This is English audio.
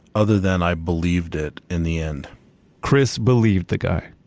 other than i believed it in the end chris believed the guy,